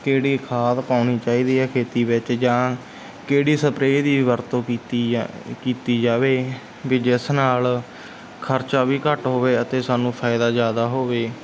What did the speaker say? ਕਿਹੜੀ ਖਾਦ ਪਾਉਣੀ ਚਾਹੀਦੀ ਹੈ ਖੇਤੀ ਵਿੱਚ ਜਾਂ ਕਿਹੜੀ ਸਪਰੇ ਦੀ ਵਰਤੋਂ ਕੀਤੀ ਜਾ ਕੀਤੀ ਜਾਵੇ ਵੀ ਜਿਸ ਨਾਲ ਖਰਚਾ ਵੀ ਘੱਟ ਹੋਵੇ ਅਤੇ ਸਾਨੂੰ ਫ਼ਾਇਦਾ ਜ਼ਿਆਦਾ ਹੋਵੇ